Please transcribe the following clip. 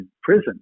prison